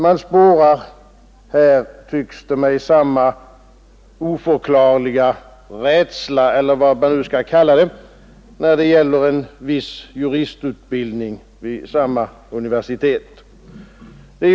Vi spårar, tycks det mig, samma oförklarliga rädsla eller vad det nu skall kallas, när det gäller en viss juristutbildning vid samma universitet.